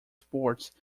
sports